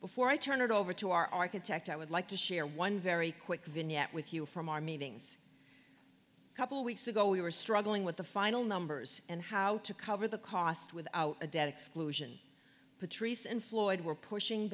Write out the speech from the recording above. before i turn it over to our architect i would like to share one very quick vignette with you from our meetings a couple weeks ago we were struggling with the final numbers and how to cover the cost without a debt exclusion patrice and floyd were pushing